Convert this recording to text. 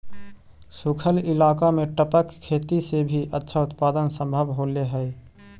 सूखल इलाका में टपक खेती से भी अच्छा उत्पादन सम्भव होले हइ